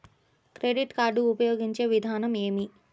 Credit card ఉపయోగించే విధానం ఏమి?